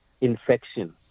infection